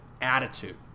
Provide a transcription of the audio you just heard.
attitude